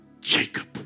Jacob